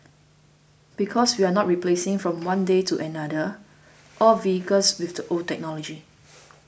because we are not replacing from one day to another all vehicles with the old technology